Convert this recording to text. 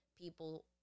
People